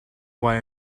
why